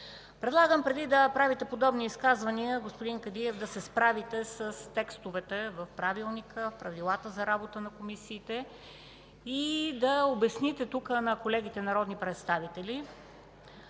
Предлагам преди да правите подобни изказвания, господин Кадиев, да се справите с текстовете в Правилника, в правилата за работа на комисиите и да обясните на колегите народни представители